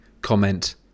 comment